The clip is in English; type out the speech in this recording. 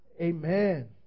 Amen